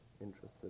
interested